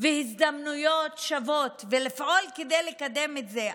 והזדמנויות שוות ולפעול כדי לקדם את זה.